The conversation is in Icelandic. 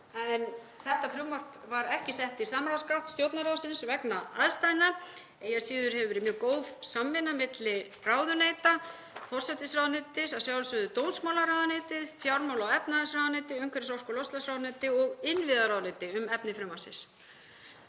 Þetta frumvarp var ekki sett í samráðsgátt Stjórnarráðsins vegna aðstæðna. Eigi að síður hefur verið mjög góð samvinna milli ráðuneyta, forsætisráðuneytis, að sjálfsögðu dómsmálaráðuneytis, fjármála- og efnahagsráðuneytis, umhverfis-, orku- og loftslagsráðuneytis og innviðaráðuneytis, um efni frumvarpsins.